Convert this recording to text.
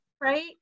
right